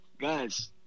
guys